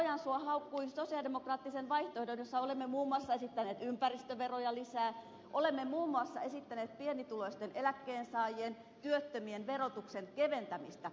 ojansuu haukkui sosialidemokraattisen vaihtoehdon jossa olemme muun muassa esittäneet ympäristöveroja lisää olemme muun muassa esittäneet pienituloisten eläkkeensaajien työttömien verotuksen keventämistä